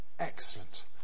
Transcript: Excellent